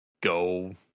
go